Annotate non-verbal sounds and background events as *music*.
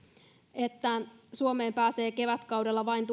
että suomeen pääsee kevätkaudella vain *unintelligible*